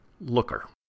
Looker